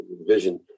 vision